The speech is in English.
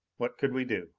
what could we do?